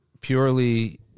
purely